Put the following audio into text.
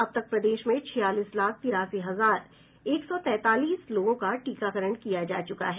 अब तक प्रदेश में छियालीस लाख तिरासी हजार एक सौ तैंतालीस लोगों का टीकाकरण किया जा चुका है